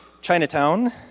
Chinatown